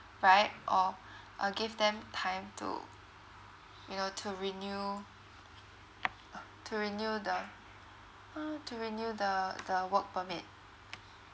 right or uh give them time to you know to renew to renew the uh to renew the the work permit